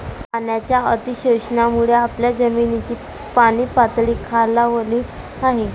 पाण्याच्या अतिशोषणामुळे आपल्या जमिनीची पाणीपातळी खालावली आहे